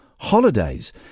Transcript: holidays